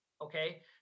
Okay